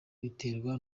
biterwa